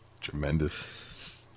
Tremendous